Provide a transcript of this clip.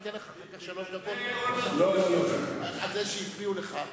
אתן לך אחר כך שלוש דקות על זה שהפריעו לך.